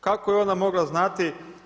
Kako je ona mogla znati?